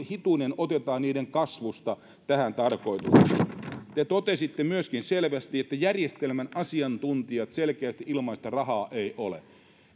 hitunen työeläkevarojen kasvusta otetaan tähän tarkoitukseen te totesitte myöskin selvästi että järjestelmän asiantuntijat selkeästi ilmaisevat että rahaa ei ole